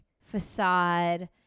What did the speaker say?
facade